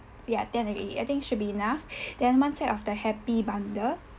ya ten already I think should be enough then one set of the happy bundle